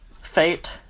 fate